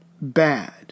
bad